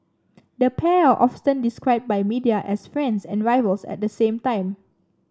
the pair are often described by media as friends and rivals at the same time